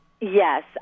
Yes